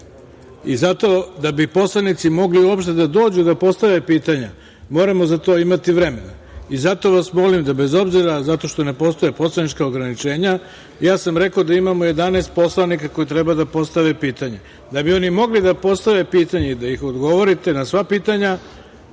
i zato da bi poslanici mogli uopšte da dođu da postave pitanje moramo za to imati vremena i zato vas molim da bez obzira, zato što ne postoje poslanička ograničenja ja sam rekao da imamo 11 poslanika koji treba da postave pitanje, da bi oni mogli da postave pitanje da im odgovorite na sva pitanja,